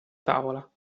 tavola